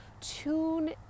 tune